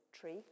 tree